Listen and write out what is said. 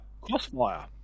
Crossfire